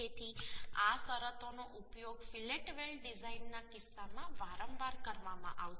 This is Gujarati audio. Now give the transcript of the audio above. તેથી આ શરતોનો ઉપયોગ ફિલેટ વેલ્ડ ડિઝાઇનના કિસ્સામાં વારંવાર કરવામાં આવશે